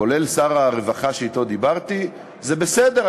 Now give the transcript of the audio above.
כולל שר הרווחה שאתו דיברתי: זה בסדר.